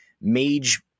mage